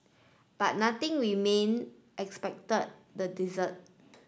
but nothing remained except the desert